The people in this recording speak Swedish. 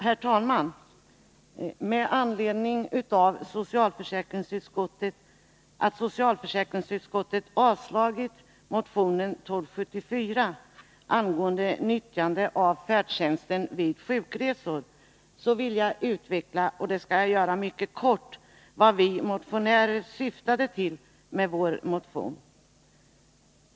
Herr talman! Med anledning av att socialförsäkringsutskottet har avstyrkt motionen 1274 angående nyttjande av färdtjänsten vid sjukresor vill jag mycket kort utveckla vad vi motionärer syftade till med vår motion.